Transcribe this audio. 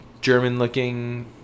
German-looking